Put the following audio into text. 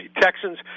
Texans